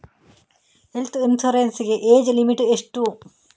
Health insurance ಗೆ age limit ಎಷ್ಟು?